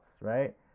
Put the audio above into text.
right